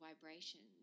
vibrations